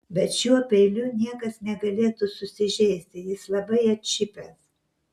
bet šiuo peiliu niekas negalėtų susižeisti jis labai atšipęs